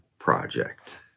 project